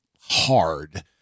hard